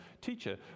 Teacher